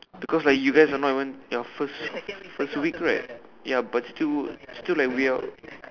because like you guys are not even your first first week right but still still like weird lo